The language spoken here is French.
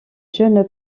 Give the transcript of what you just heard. jeune